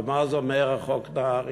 ומה זה אומר, חוק נהרי?